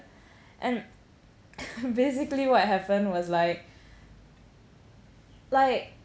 and basically what happened was like like